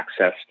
accessed